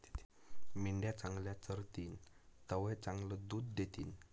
मेंढ्या चांगलं चरतीन तवय चांगलं दूध दितीन